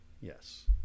Yes